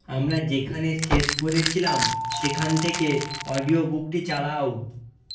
আমরা যেখানে শেষ করেছিলাম সেখান থেকে অডিও বুকটি চালাও